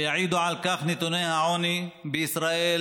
ויעידו על כך נתוני העוני בישראל: